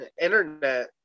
internet